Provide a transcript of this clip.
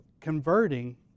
converting